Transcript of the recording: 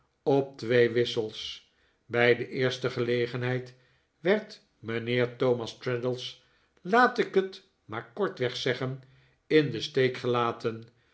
op twee wissels bij de eerste gelegenheid werd mijnheer thomas traddles laat ik het maar kortweg zeggen in den steek gelaten